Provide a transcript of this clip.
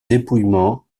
dépouillement